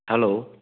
hello